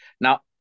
Now